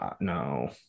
No